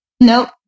nope